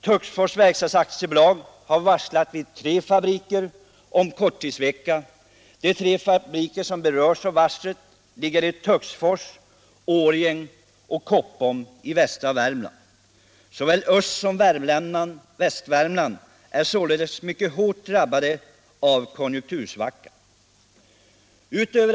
Töcksfors Verkstads AB har vid tre fabriker varslat om korttidsvecka. De fabriker som berörs av varslet ligger i Töcksfors, Årjäng och Koppom i västra Värmland. Såväl Öst som Västvärmland är således hårt drabbade av konjunktursvackan.